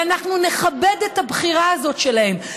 ואנחנו נכבד את הבחירה הזאת שלהם,